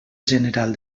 general